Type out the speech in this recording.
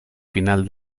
final